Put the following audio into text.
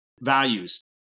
values